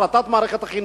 הפרטת מערכת החינוך.